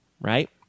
right